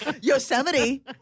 Yosemite